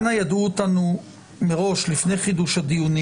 אנא יידעו אותנו מראש לפני חידוש הדיונים